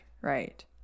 right